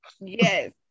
Yes